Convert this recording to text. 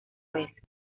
vez